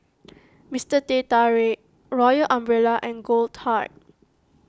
Mister Teh Tarik Royal Umbrella and Goldheart